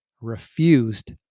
refused